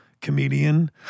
comedian